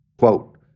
Quote